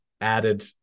added